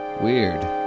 weird